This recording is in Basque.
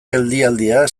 geldialdia